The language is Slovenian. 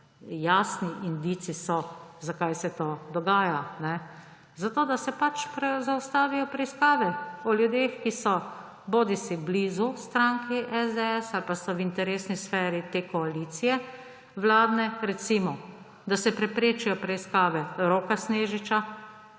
jasni indici so, zakaj se to dogaja. Zato da se zaustavijo preiskave o ljudeh, ki so bodisi blizu stranki SDS ali pa so v interesni sferi te vladne koalicije, recimo, da se preprečijo preiskave Roka Snežiča,